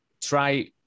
try